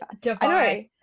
device